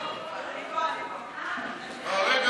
ההצעה להעביר את